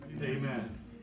Amen